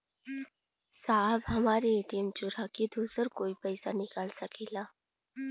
साहब हमार ए.टी.एम चूरा के दूसर कोई पैसा निकाल सकेला?